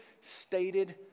stated